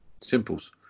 simples